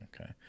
okay